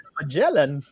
Magellan